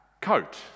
coat